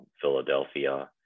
Philadelphia